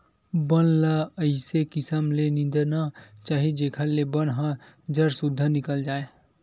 बन ल अइसे किसम ले निंदना चाही जेखर ले बन ह जर सुद्धा निकल जाए